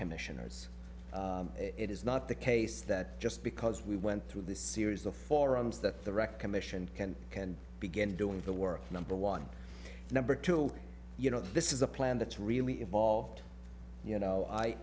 commissioners it is not the case that just because we went through the series of forums that the record commission can can begin doing the work number one number two you know this is a plan that's really evolved you know i